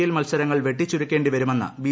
L മത്സർണ്ട്ട്ൾ വെട്ടിച്ചുരുക്കേണ്ടി വരുമെന്ന് ബി